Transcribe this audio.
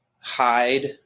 hide